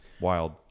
Wild